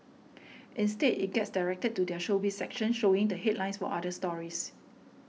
instead it gets directed to their Showbiz section showing the headlines for other stories